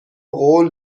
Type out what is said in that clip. قول